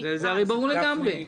זה הרי ברור לגמרי.